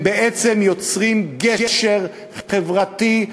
הם בעצם יוצרים גשר חברתי,